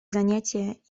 занятия